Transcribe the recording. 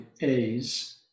A's